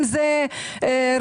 אם זה רווחה,